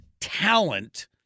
talent